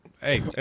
Hey